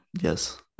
yes